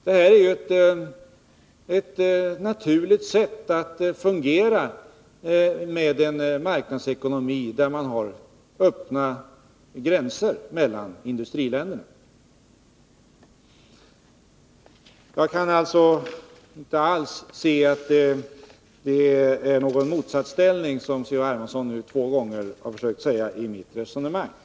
Detta är ju ett naturligt sätt för företagen att fungera med en marknadsekonomi där man har öppna gränser mellan industriländerna. Jag kan alltså inte alls se att det är någon motsättning — som C.-H. Hermansson nu två gånger har försökt hävda — i mitt resonemang.